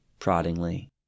proddingly